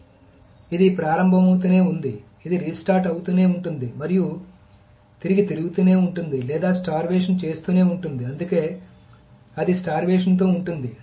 కాబట్టి ఇది ప్రారంభమవుతూనే ఉంది ఇది రీస్టార్ట్ అవుతూనే ఉంటుంది మరియు తిరిగి తిరుగుతూనే ఉంటుంది లేదా స్టార్వేషన్ చేస్తూనే ఉంటుంది అందుకే అది స్టార్వేషన్ తో ఉంటుంది